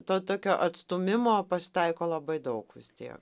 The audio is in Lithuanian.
to tokio atstūmimo pasitaiko labai daug vis tiek